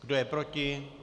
Kdo je proti?